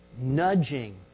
nudging